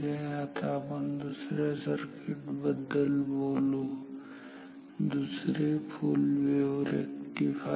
आता आपण दुसऱ्या सर्किट बद्दल बोलू दुसरे फुल वेव्ह रेक्टिफायर